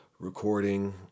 recording